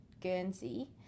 Guernsey